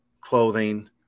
clothing